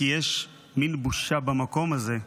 כי יש מין בושה במקום הזה,